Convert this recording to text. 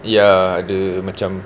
ya ada macam